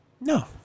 No